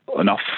enough